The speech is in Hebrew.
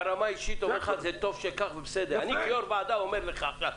ברמה האישית אני אומר לך שטוב שכך וזה בסדר.